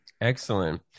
Excellent